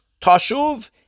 tashuv